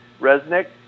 Resnick